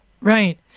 Right